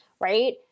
right